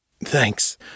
Thanks